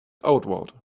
outward